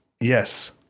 Yes